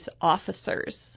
officers